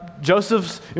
Joseph's